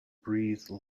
breathe